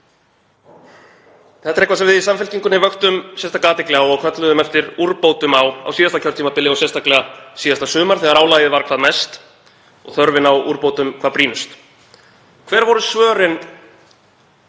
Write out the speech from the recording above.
Þetta er nokkuð sem við í Samfylkingunni vöktum sérstaka athygli á og kölluðum eftir úrbótum á síðasta kjörtímabili og sérstaklega síðasta sumar þegar álagið var hvað mest og þörfin á úrbótum hvað brýnust. Hver voru svörin